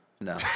No